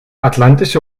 atlantische